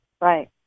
Right